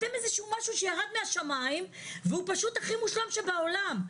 אתם איזשהו משהו שירד מהשמיים והוא פשוט הכי מושלם שבעולם.